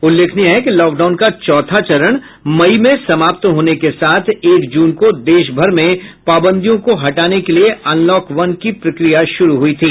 उल्लेखनीय है कि लॉकडाउन का चौथा चरण मई में समाप्त होने के साथ एक जून को देश भर में पाबंदियों को हटाने के लिए अनलॉक वन की प्रक्रिया शुरू हुई थी